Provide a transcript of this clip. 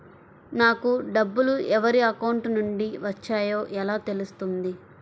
నాకు డబ్బులు ఎవరి అకౌంట్ నుండి వచ్చాయో ఎలా తెలుస్తుంది?